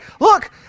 look